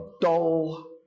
dull